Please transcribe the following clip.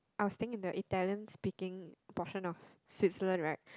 I was staying in the Italian speaking portion of Switzerland right